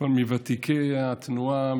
הוא כבר מוותיקי התנועה,